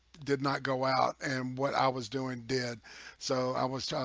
did not go out and what i was doing did so i was